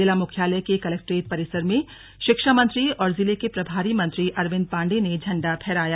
जिला मुख्यालय के कलेक्ट्रेट परिसर में शिक्षा मंत्री और जिले के प्रभारी मंत्री अरविंद पाण्डेय ने झंडा फहराया